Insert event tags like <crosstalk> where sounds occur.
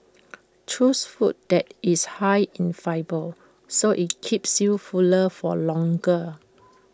<noise> choose food that is high in fibre so IT keeps you fuller for longer